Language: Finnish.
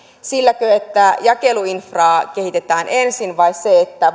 silläkö että jakeluinfraa kehitetään ensin vai silläkö että